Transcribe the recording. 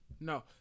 No